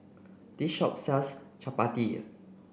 this shop sells Chapati